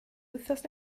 wythnos